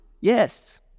Yes